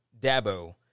Dabo